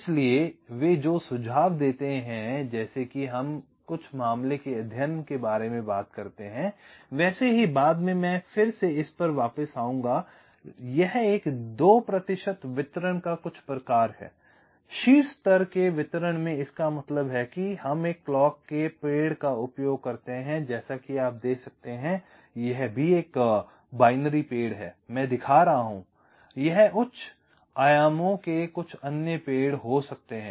इसलिए वे जो सुझाव देते हैं कि जैसे हम कुछ मामले के अध्ययन के बारे में बात करते हैं वैसे ही बाद में फिर से इस पर वापस आएंगे यह एक 2 वितरण का कुछ प्रकार है शीर्ष स्तर के वितरण में इसका मतलब है कि हम एक क्लॉक के पेड़ का उपयोग करते हैं जैसा कि आप देख सकते हैं यह भी एक द्विआधारी पेड़ है मैं दिखा रहा हूं यह उच्च आयामों के कुछ अन्य पेड़ हो सकते हैं